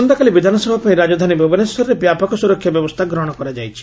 ଆସନ୍ତାକାଲି ବିଧାନସଭା ପାଇଁ ରାଜଧାନୀ ଭୁବନେଶ୍ୱରରେ ବ୍ୟାପକ ସୁରକ୍ଷା ବ୍ୟବସ୍ରା ଗ୍ରହଶ କରାଯାଇଛି